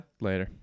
Later